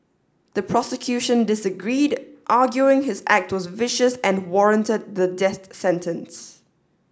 the prosecution disagreed arguing his act was vicious and warranted the death sentence